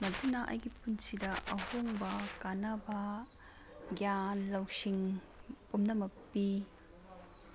ꯃꯗꯨꯅ ꯑꯩꯒꯤ ꯄꯨꯟꯁꯤꯗ ꯑꯍꯣꯡꯕ ꯀꯥꯟꯅꯕ ꯒ꯭ꯌꯥꯟ ꯂꯧꯁꯤꯡ ꯄꯨꯝꯅꯃꯛ ꯄꯤ